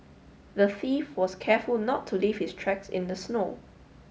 the thief was careful not to leave his tracks in the snow